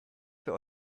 für